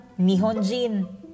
Nihonjin